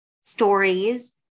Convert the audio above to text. stories